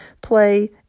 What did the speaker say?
play